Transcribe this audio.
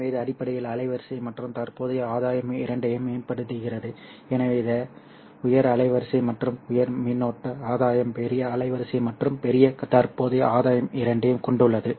எனவே இது அடிப்படையில் அலைவரிசை மற்றும் தற்போதைய ஆதாயம் இரண்டையும் மேம்படுத்துகிறது எனவே இது உயர் அலைவரிசை மற்றும் உயர் மின்னோட்ட ஆதாயம் பெரிய அலைவரிசை மற்றும் பெரிய தற்போதைய ஆதாயம் இரண்டையும் கொண்டுள்ளது